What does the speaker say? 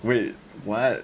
wait what